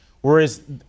Whereas